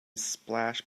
splashed